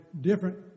different